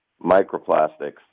microplastics